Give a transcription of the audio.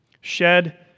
shed